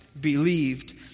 believed